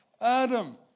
Adam